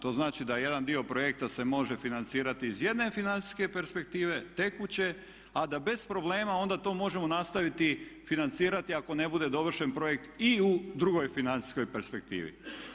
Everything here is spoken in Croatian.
To znači da jedan dio projekta se može financirati iz jedne financijske perspektive, tekuće, a da bez problema onda to možemo nastaviti financirati ako ne bude dovršen projekt i u drugoj financijskoj perspektivi.